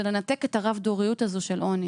זה לנתק את הרב-דוריות הזו של עוני,